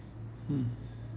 mm